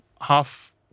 half